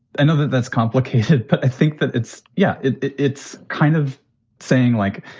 i know that that's complicated, but i think that it's yeah, it's kind of saying, like,